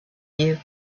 you